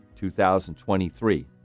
2023